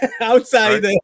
outside